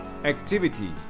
Activity